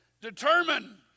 determine